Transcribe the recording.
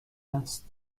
است